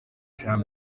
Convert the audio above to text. jean